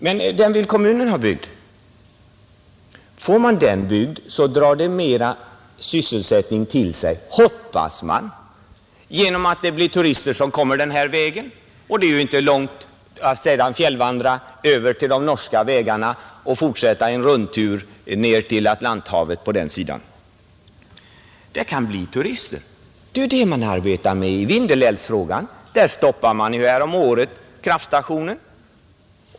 Kommunen vill emellertid ha vägen byggd. Får man denna väg drar man mera sysselsättning till sig, hoppas man, genom att det blir turister som kommer den här vägen. Och det är ju inte långt att sedan fjällvandra över till de norska vägarna och fortsätta en rundtur ned till Atlanten på den sidan. Det kan alltså komma turister. Det är ju det man arbetar med när det gäller Vindelälvsfrågan. Där stoppade man ju häromåret kraftstationen.